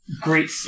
great